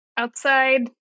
Outside